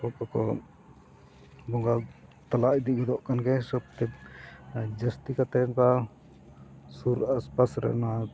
ᱦᱚᱲ ᱠᱚᱠᱚ ᱵᱚᱸᱜᱟ ᱛᱟᱞᱟ ᱤᱫᱤ ᱜᱚᱫᱚᱜ ᱠᱟᱱ ᱜᱮᱭᱟ ᱥᱚᱵᱽᱛᱮ ᱡᱟᱹᱥᱛᱤ ᱠᱟᱛᱮᱫ ᱫᱚ ᱥᱩᱨ ᱟᱥ ᱯᱟᱥᱨᱮ ᱱᱚᱣᱟ